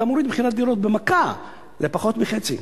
אתה מוריד את מחיר הדירות במכה לפחות מחצי.